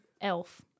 Elf